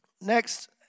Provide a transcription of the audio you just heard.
Next